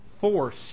force